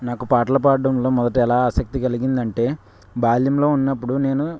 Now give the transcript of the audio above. నాకు పాటలు పాడడంలో మొదట ఎలా ఆసక్తి కలిగిందంటే బాల్యంలో ఉన్నప్పుడు నేను